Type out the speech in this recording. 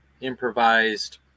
improvised